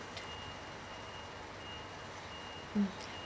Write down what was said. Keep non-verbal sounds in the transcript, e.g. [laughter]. [breath]